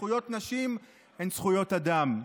זכויות נשים הן זכויות אדם.